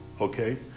okay